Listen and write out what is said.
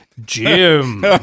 Jim